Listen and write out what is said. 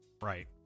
Right